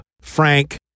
Frank